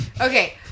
Okay